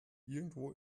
irgendwo